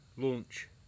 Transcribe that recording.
Launch